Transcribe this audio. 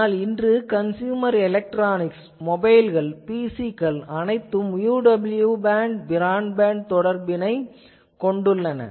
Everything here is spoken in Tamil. ஆனால் இன்று கன்சூமர் எலெக்ட்ரானிக்ஸ் மொபைல்கள் PC க்கள் அனைத்தும் UWB பிராட்பேண்ட் தொடர்பினை உடையன